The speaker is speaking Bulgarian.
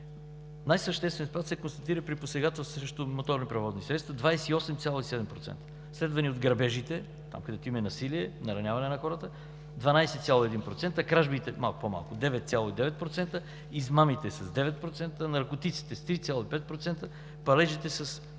Най-съществен спад се констатира при посегателства срещу моторни превозни средства – 28,7%, следвани от грабежите – там, където има и насилие, нараняване на хората – 12,1%, кражбите, малко по-малко – 9,9%, измамите с 9%, наркотиците с 3,5%, палежите с